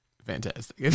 fantastic